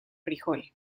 frijol